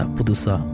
Pudusa